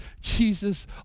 Jesus